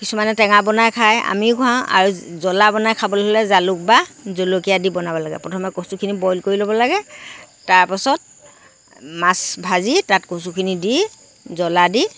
কিছুমানে টেঙা বনাই খায় আমিও খাওঁ আৰু জলা বনাই খাবলৈ হ'লে জালুক বা জলকীয়া দি বনাব লাগে প্ৰথমে কচুখিনি বইল কৰি ল'ব লাগে তাৰ পাছত মাছ ভাজি তাত কচুখিনি দি জলা দি